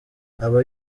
aba